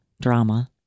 Drama